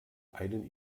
einen